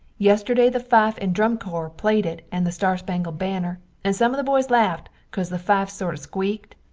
yesterday the fife and drum corpse plaid it and the star spangled banner and some of the boys lafft becaus the fifes sort of sqweekt.